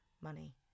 money